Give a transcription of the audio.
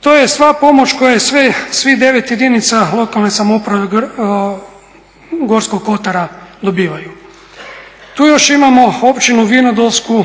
To je sva pomoć koje svih 9 jedinaca lokalne samouprave Gorskog kotara dobivaju. Tu još imamo općinu Vinodolsku